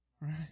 Right